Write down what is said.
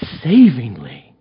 savingly